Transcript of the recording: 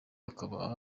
akaba